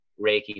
Reiki